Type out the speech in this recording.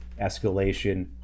escalation